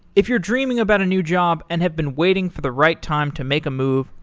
if you're dreaming about a new job and have been waiting for the right time to make a move,